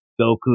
Goku